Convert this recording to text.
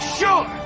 sure